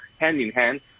hand-in-hand